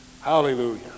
hallelujah